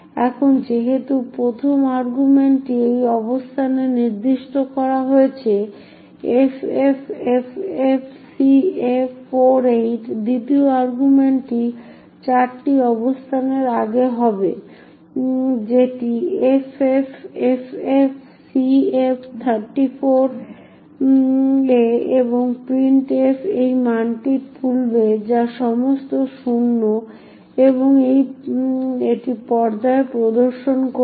এখন যেহেতু প্রথম আর্গুমেন্টটি এই অবস্থানে নির্দিষ্ট করা হয়েছে ffffcf48 দ্বিতীয় আর্গুমেন্টটি চারটি অবস্থান এর আগে হবে যেটি ffffcf34 এ এবং printf এই মানটি তুলবে যা সমস্ত শূন্য এবং এটি পর্দায় প্রদর্শন করবে